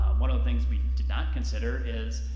um one of the things we did not consider is